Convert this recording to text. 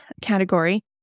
category